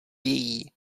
její